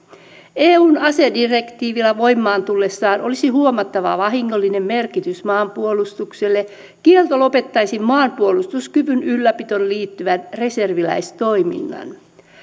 eun asedirektiivillä voimaan tullessaan olisi huomattava vahingollinen merkitys maanpuolustukselle kielto lopettaisi maanpuolustuskyvyn ylläpitoon liittyvän reserviläistoiminnan